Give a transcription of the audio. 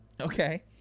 Okay